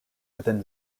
within